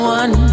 one